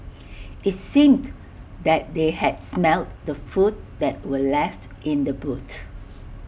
IT seemed that they had smelt the food that were left in the boot